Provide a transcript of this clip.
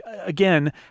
Again